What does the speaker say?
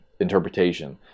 interpretation